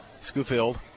Schofield